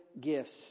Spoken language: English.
gifts